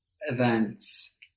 events